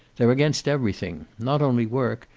they're against everything. not only work.